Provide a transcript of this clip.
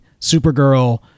Supergirl